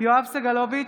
יואב סגלוביץ'